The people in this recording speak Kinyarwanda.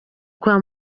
kwa